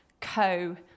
co